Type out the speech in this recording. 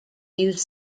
used